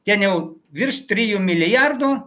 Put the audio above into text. ten jau virš trijų milijardų